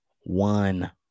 One